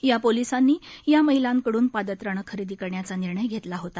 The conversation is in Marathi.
या पोलिसांनी या महिलांकडून पादत्राणे खरेदी करण्याचा निर्णय घेतला होता